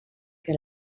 que